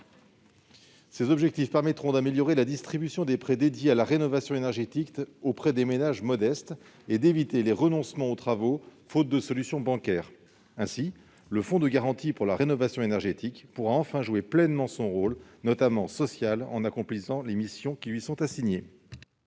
Ces objectifs permettront d'améliorer la distribution des prêts dédiés à la rénovation énergétique auprès des ménages modestes et ainsi d'éviter les renoncements aux travaux, faute de solution bancaire. Le fonds de garantie pour la rénovation énergétique pourra enfin jouer pleinement son rôle, notamment social, en accomplissant les missions qui lui sont assignées.